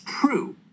true